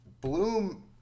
Bloom